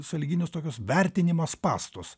į sąlyginius tokius vertinimo spąstus